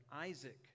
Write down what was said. isaac